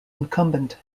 incumbent